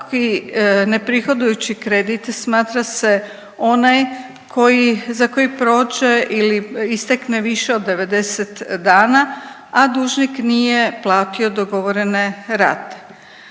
svaki neprihodujući kredit smatra se onaj koji, za koji prođe ili istekne više od 90 dana, a dužnik nije platio dogovorene rate.